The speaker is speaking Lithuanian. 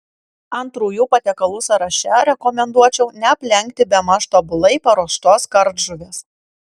antrųjų patiekalų sąraše rekomenduočiau neaplenkti bemaž tobulai paruoštos kardžuvės